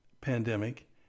pandemic